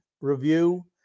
review